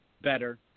better